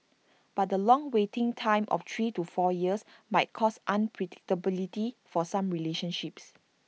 but the long waiting time of three to four years might cause unpredictability for some relationships